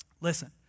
listen